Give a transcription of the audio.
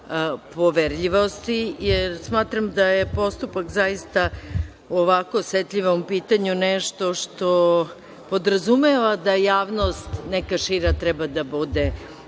poverljivosti. Smatram da je postupak zaista o ovako osetljivom pitanju nešto što podrazumeva da javnost neka šira treba da bude